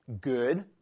good